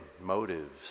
motives